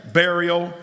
burial